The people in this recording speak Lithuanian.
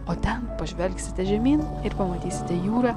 o ten pažvelgsite žemyn ir pamatysite jūrą